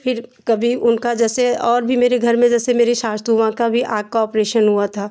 फिर कभी उनका जैसे और भी मेरे घर में जैसे मेरी सासु माँ की भी आँख का ऑपरेशन हुआ था